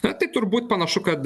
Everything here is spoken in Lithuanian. na tai turbūt panašu kad